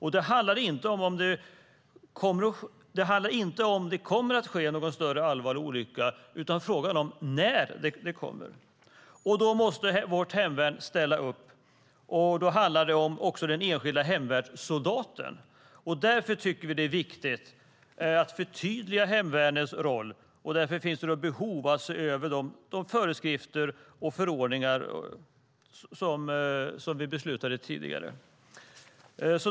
Frågan är inte om det kommer att ske någon större, allvarlig olycka, utan frågan är när den kommer. Då måste vårt hemvärn ställa upp. Då handlar det också om den enskilda hemvärnssoldaten. Därför tycker vi att det är viktigt att förtydliga hemvärnets roll. Av den anledningen finns det behov av att se över de föreskrifter och förordningar som vi beslutade tidigare.